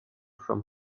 from